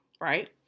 Right